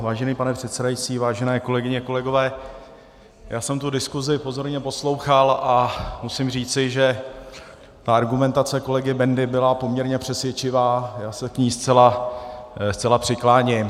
Vážený pane předsedající, vážené kolegyně a kolegové, já jsem tu diskusi pozorně poslouchal a musím říci, že argumentace kolegy Bendy byla poměrně přesvědčivá, já se k ní zcela přikláním.